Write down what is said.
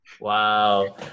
Wow